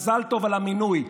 מזל טוב על המינוי,